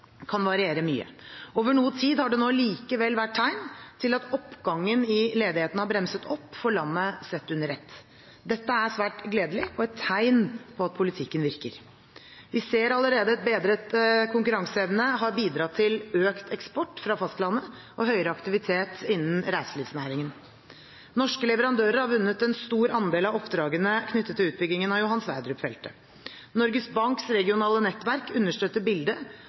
kan variere mye. Over noe tid har det nå likevel vært tegn til at oppgangen i ledigheten har bremset opp for landet sett under ett. Dette er svært gledelig og et tegn på at politikken virker. Vi ser allerede at bedret konkurranseevne har bidratt til økt eksport fra fastlandet og høyere aktivitet innen reiselivsnæringen. Norske leverandører har vunnet en stor andel av oppdragene knyttet til utbyggingen av Johan Sverdrup-feltet. Norges Banks regionale nettverk understøtter bildet